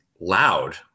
loud